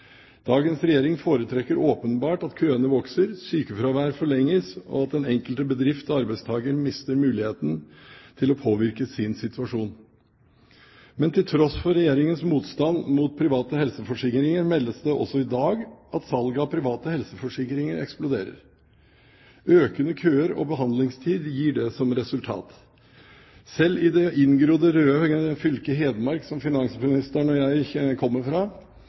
Dagens regjering foretrekker åpenbart at køene vokser, sykefraværet forlenges, og at den enkelte bedrift og arbeidstaker mister muligheten til å påvirke sin situasjon. Men til tross for Regjeringens motstand mot private helseforsikringer meldes det også i dag om at salget av private helseforsikringer eksploderer. Økende køer og behandlingstid gir det som resultat. Selv i det inngrodde røde fylket, Hedmark, som finansministeren og jeg kommer fra,